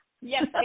Yes